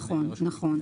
נכון.